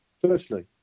firstly